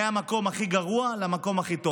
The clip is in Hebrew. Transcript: מהמקום הכי גרוע למקום הכי טוב.